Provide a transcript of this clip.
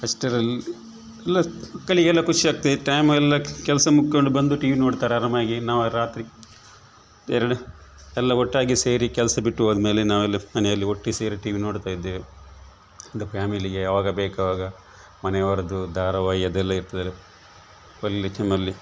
ಅಷ್ಟರಲ್ಲಿ ಎಲ್ಲಾ ಮಕ್ಕಳಿಗೆಲ್ಲಾ ಖುಷಿ ಆಗ್ತಾ ಇತ್ತು ಟೈಮೆಲ್ಲ ಕೆಲಸ ಮುಕ್ಕೊಂಡು ಬಂದು ಟಿವಿ ನೋಡ್ತಾರೆ ಆರಾಮಾಗಿ ನಾವು ರಾತ್ರಿ ಏನು ಹೇಳಿ ಎಲ್ಲಾ ಒಟ್ಟಾಗಿ ಸೇರಿ ಕೆಲಸ ಬಿಟ್ಟು ಹೋದ್ಮೇಲೆ ನಾವೆಲ್ಲಾ ಮನೆಯಲ್ಲಿ ಒಟ್ಟು ಸೇರಿ ಟಿವಿ ನೋಡ್ತಾ ಇದ್ದೇವೆ ಒಂದು ಫ್ಯಾಮಿಲಿಗೆ ಯಾವಾಗ ಬೇಕು ಅವಾಗ ಮನೆಯವರದ್ದು ಧಾರಾವಾಹಿ ಅದೆಲ್ಲಾ ಇರ್ತದೆ ಒಳ್ಳೆ ಚ್ಯಾನಲ್ಲಿ